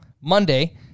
Monday